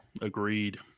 Agreed